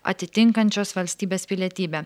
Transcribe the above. atitinkančios valstybės pilietybę